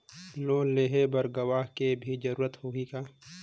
Loan लेहे बर गवाह के भी जरूरत होही का?